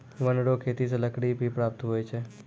वन रो खेती से लकड़ी भी प्राप्त हुवै छै